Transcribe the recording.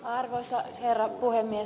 arvoisa herra puhemies